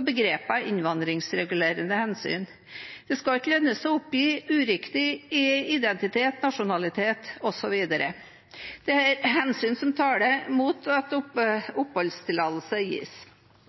av begrepet «innvandringsregulerende hensyn». Det skal ikke lønne seg å oppgi uriktig identitet, nasjonalitet osv. Det er hensyn som taler mot at oppholdstillatelse gis.